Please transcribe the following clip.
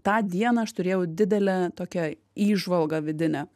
tą dieną aš turėjau didelę tokią įžvalgą vidinę